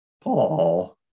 Paul